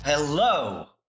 Hello